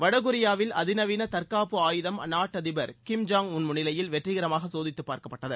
வடகொரியாவில் அதிநவீன தற்காப்பு ஆயுதம் அந்நாட்டு அதிபர் திரு கிம் ஜாங் உன் முன்னிலையில் வெற்றிகரமாக சோதித்தப் பார்க்கப்பட்டது